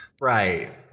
right